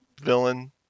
villain